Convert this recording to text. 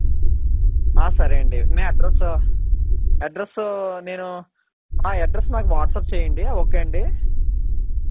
సరే అండి మీ అడ్రస్సు అడ్రస్సు నేను అడ్రస్ నాకు వాట్సప్ చేయండి ఓకే అండి